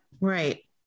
Right